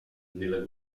nella